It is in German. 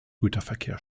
güterverkehr